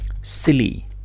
silly